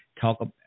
Talk